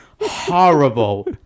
Horrible